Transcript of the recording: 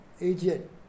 agent